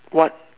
what